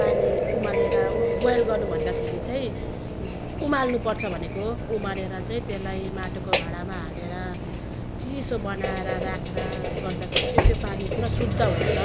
पानी उमालेर बोयल गर्नु भन्दाखेरि चाहिँ उमाल्नु पर्छ भनेको हो उमालेर चाहिँ त्यसलाई माटोको भाँडामा हालेर चिसो बनाएर राखेर गर्दाखेरि चाहिँ त्यो पानी पुरा शुद्ध हुन्छ